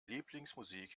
lieblingsmusik